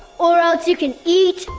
or else you can eat.